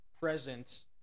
presence